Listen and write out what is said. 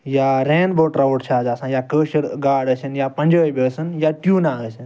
یا rainbow trout چھِ آز آسان یا کٲشٕر گاڑ ٲسٕنۍ یا پَنجٲبۍ ٲسٕنۍ یا ٹیوٗنا ٲسٕنۍ